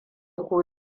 ku